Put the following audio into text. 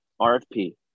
RFP